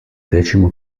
decimo